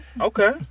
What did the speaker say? Okay